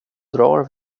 drar